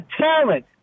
talent